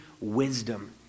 wisdom